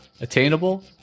Attainable